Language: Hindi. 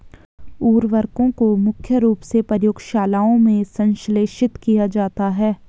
उर्वरकों को मुख्य रूप से प्रयोगशालाओं में संश्लेषित किया जाता है